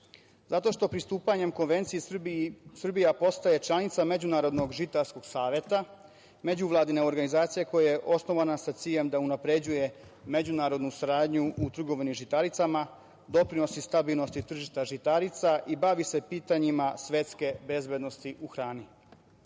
Zato što pristupanjem Konvenciji Srbija postaje članica Međunarodnog žitarskog saveta, međuvladine organizacije koja je osnovana sa ciljem da unapređuje međunarodnu saradnju u trgovini žitaricama, doprinosi stabilnosti tržišta žitarica i bavi se pitanjima svetske bezbednosti u